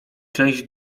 część